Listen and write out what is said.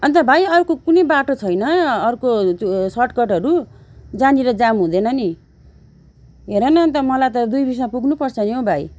अन्त भाइ अर्को कुनै बाटो छैन अर्को चो सर्टकटरू जहाँनिर जाम हुँदैन नि हेर न अन्त मलाई त दुई बिसमा पुग्नु पर्छ नि हौ भाइ